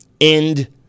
end